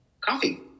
coffee